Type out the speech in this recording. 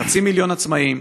חצי מיליון עצמאים,